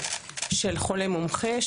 של חולה מומחה,